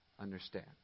understand